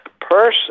person